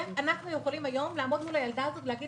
היא הייתה מנותקת מהלימודים לגמרי,